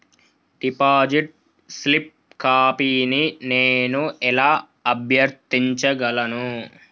Deposit slip కాపీని నేను ఎలా అభ్యర్థించగలను?